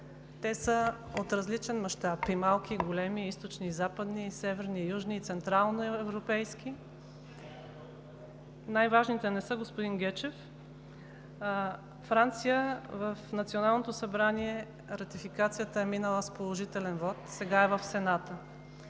Те са от различен мащаб – и малки и големи, и източни и западни, и северни и южни, централноевропейски. Най-важните не са, господин Гечев… Във Франция в Националното събрание ратификацията е минала с положителен вот, сега е в Сената.